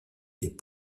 des